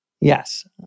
yes